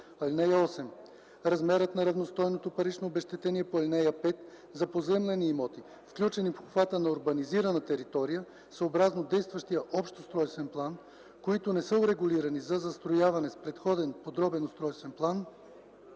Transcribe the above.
(8) Размерът на равностойното парично обезщетение по ал. 5 за поземлени имоти, включени в обхвата на урбанизирана територия съобразно действащия общ устройствен план, които не са урегулирани за застрояване с предходен подробен устройствен план,